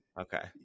Okay